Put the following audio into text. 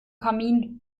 kamin